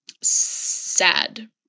sad